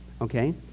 Okay